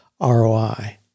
ROI